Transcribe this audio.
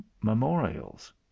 memorials